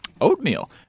Oatmeal